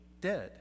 dead